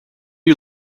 you